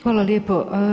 Hvala lijepo.